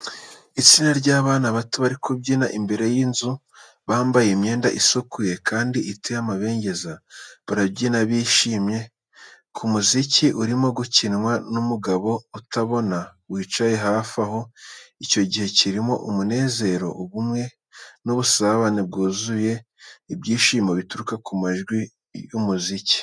Itsinda ry’abana bato bari kubyina imbere y’inzu, bambaye imyenda isukuye kandi iteye amabengeza. Barabyina bishimye ku muziki urimo gukinwa n’umugabo utabona wicaye hafi aho. Icyo gihe kirimo umunezero, ubumwe, n’ubusabane bwuzuye ibyishimo bituruka mu majwi y’umuziki.